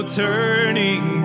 turning